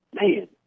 man